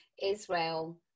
Israel